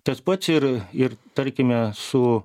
tas pats ir ir tarkime su